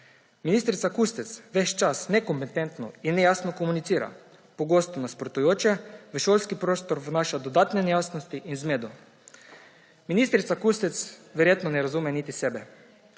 Ministrica Kustec ves čas nekompetentno in nejasno komunicira, pogosto nasprotujoče si, v šolski prostor vnaša dodatne nejasnosti in zmedo. Ministrica Kustec verjetno ne razume niti sebe.